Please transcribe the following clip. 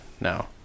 now